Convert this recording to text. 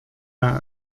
wer